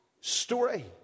story